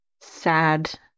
sad